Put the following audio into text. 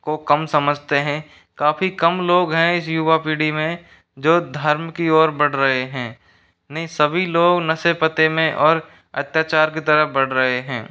को कम समझते हैं काफ़ी कम लोग हैं इस युवा पीढ़ी में जो धर्म की ओर बढ़ रहे हैं नहीं सभी लोग नशे पते में और अत्याचार की तरफ़ बढ़ रहे हैं